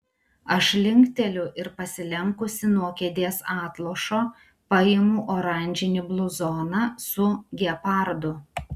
aš linkteliu ir pasilenkusi nuo kėdės atlošo paimu oranžinį bluzoną su gepardu